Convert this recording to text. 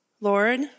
Lord